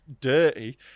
dirty